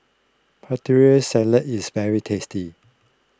Putri Salad is very tasty